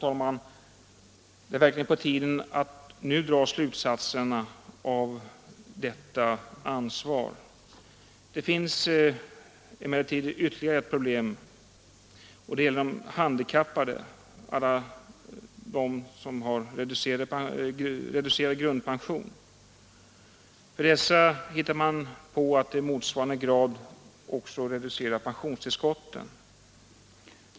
Det är verkligen på tiden att nu dra slutsatserna av detta ansvar. Det finns emellertid ytterligare ett problem som gäller handikappade som har reducerad grundpension. För dessa hittar man på att i motsvarande grad reducera också pensionstillskotten.